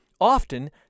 often